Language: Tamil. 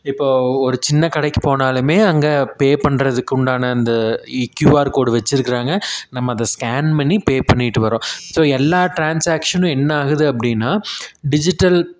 இப்போது ஒரு சின்ன கடைக்குப் போனாலுமே அங்கே பே பண்ணுறதுக்கு உண்டான அந்த இ க்யூஆர் கோடு வெச்சிருக்கிறாங்க நம்ம அதை ஸ்கேன் பண்ணி பே பண்ணிவிட்டு வரோம் ஸோ எல்லா ட்ரான்ஸாக்ஷனும் என்ன ஆகுது அப்படின்னா டிஜிட்டல்